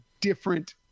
different